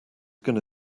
gonna